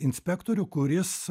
inspektorių kuris